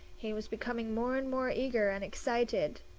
he was becoming more and more eager and excited.